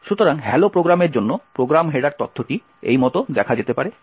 সুতরাং hello প্রোগ্রামের জন্য প্রোগ্রাম হেডার তথ্যটি এই মত দেখা যেতে পারে